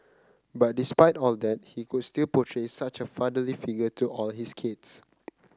but despite all that he could still portray such a fatherly figure to all his kids